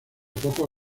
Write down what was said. poco